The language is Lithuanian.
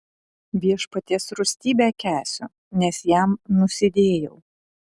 viešpaties rūstybę kęsiu nes jam nusidėjau